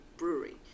brewery